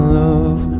love